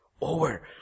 Over